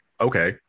okay